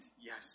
Yes